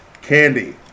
Candy